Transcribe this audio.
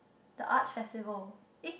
the arts festival eh